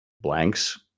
blanks